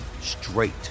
straight